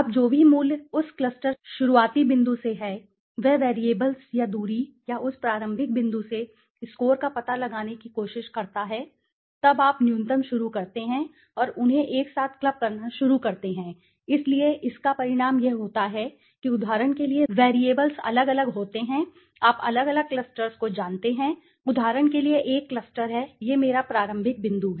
अब जो भी मूल्य उस क्लस्टर शुरुआती बिंदु से है वह वैरिएबल्स या दूरी या उस प्रारंभिक बिंदु से स्कोर का पता लगाने की कोशिश करता है तब आप न्यूनतम शुरू करते हैं और उन्हें एक साथ क्लब करना शुरू करते हैं इसलिए इसका परिणाम यह होता है कि उदाहरण के लिए वैरिएबल्स अलग अलग होते हैं आप अलग अलग क्लस्टर्स को जानते हैं उदाहरण के लिए एक क्लस्टर है यह मेरा प्रारंभिक बिंदु है